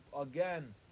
again